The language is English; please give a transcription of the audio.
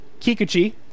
Kikuchi